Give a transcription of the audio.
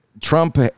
Trump